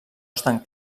estan